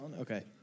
okay